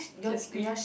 she will scream